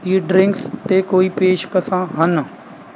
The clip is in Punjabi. ਕੀ ਡਰਿੰਕਸ 'ਤੇ ਕੋਈ ਪੇਸ਼ਕਸ਼ਾਂ ਹਨ